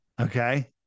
Okay